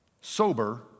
sober